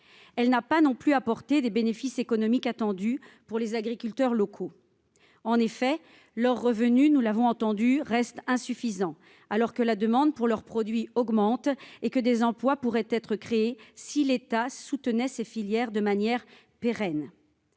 Elle n'a pas non plus apporté les bénéfices économiques attendus pour les agriculteurs locaux. En effet, leurs revenus restent insuffisants, alors que la demande pour leurs produits augmente et que des emplois pourraient être créés, si l'État soutenait ces filières de manière pérenne.